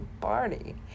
party